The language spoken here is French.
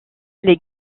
les